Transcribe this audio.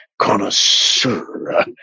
connoisseur